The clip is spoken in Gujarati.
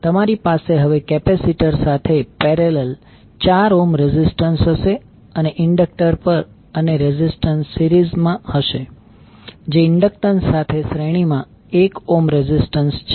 તમારી પાસે હવે કેપેસિટર સાથે પેરેલલ 4 ઓહ્મ રેઝિસ્ટન્સ હશે અને ઇન્ડકટર અને રેઝિસ્ટન્સ સીરીઝ માં હશે જે ઇન્ડક્ટન્સ સાથે શ્રેણીમાં 1 ઓહ્મ રેઝિસ્ટન્સ છે